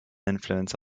influence